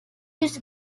used